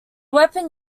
weapon